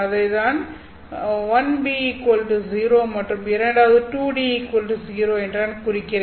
அதை நான் 1B0 மற்றும் இரண்டாவதை 2D 0 எனக் குறிக்கிறேன்